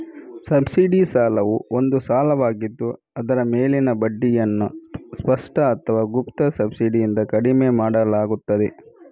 subsidy ಸಾಲವು ಒಂದು ಸಾಲವಾಗಿದ್ದು ಅದರ ಮೇಲಿನ ಬಡ್ಡಿಯನ್ನು ಸ್ಪಷ್ಟ ಅಥವಾ ಗುಪ್ತ ಸಬ್ಸಿಡಿಯಿಂದ ಕಡಿಮೆ ಮಾಡಲಾಗುತ್ತದೆ